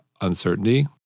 uncertainty